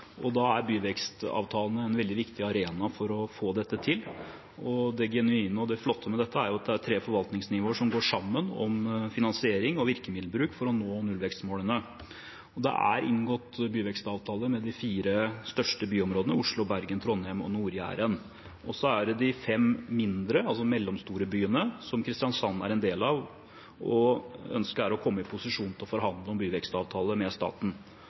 og i byområdene våre i Norge, og da er byvekstavtalene en viktig arena for å få dette til. Det genuine og det flotte med dette er at det er tre forvaltningsnivåer som går sammen om finansiering og virkemiddelbruk for å nå nullvekstmålene. Det er inngått byvekstavtale med de fire største byområdene, Oslo, Bergen, Trondheim og Nord-Jæren. Så er det de fem mindre, altså de mellomstore, byene, som Kristiansand er en del av, der ønsket er å komme i posisjon til å forhandle om byvekstavtale med staten.